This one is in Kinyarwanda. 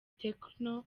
techno